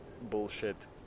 bullshit